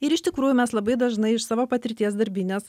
ir iš tikrųjų mes labai dažnai iš savo patirties darbinės